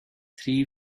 three